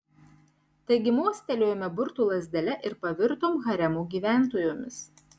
taigi mostelėjome burtų lazdele ir pavirtom haremo gyventojomis